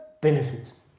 benefits